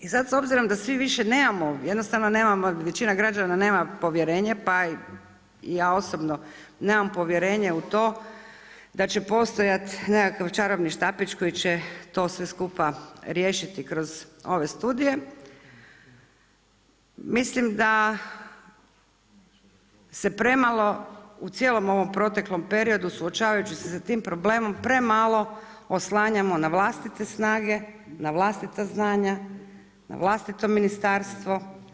I sada s obzirom da svi više nemamo jednostavno nemamo većina građana nema povjerenje pa i ja osobno, nemam povjerenje u to da će postojati nekakav čarobni štapić koji će to sve skupa riješiti kroz ove studije, mislim da se premalo u cijelom ovom proteklom periodu suočavajući se s tim problemom, premalo oslanjamo na vlastite snage, na vlastita znanja, na vlastito ministarstvo.